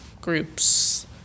groups